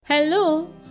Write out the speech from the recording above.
Hello